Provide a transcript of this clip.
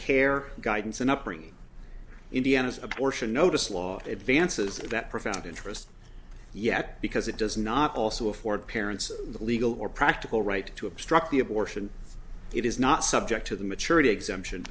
care guidance and upbringing indiana's abortion notice law advances that profound interest yet because it does not also afford parents the legal or practical right to obstruct the abortion it is not subject to the maturity exemption